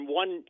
one